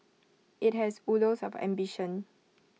IT has oodles of ambition